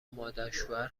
مادرشوهر